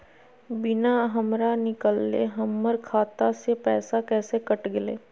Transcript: बिना हमरा निकालले, हमर खाता से पैसा कैसे कट गेलई?